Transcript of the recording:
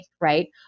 right